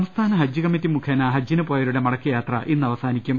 സംസ്ഥാന ഹജ്ജ് കമ്മറ്റി മുഖേന ഹജ്ജിന് പോയവരുടെ മടക്ക യാത്ര ഇന്നവസാനിക്കും